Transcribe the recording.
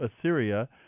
Assyria